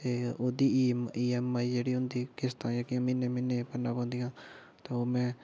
ते ओह्दा E M I जेह्डी होंदी ओह्दी किस्तां जेह्कियां म्हीने म्हीने भरना पौंदियां तो ओह् में